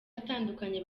atandukanye